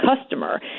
customer